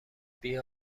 بیا